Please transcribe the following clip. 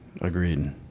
Agreed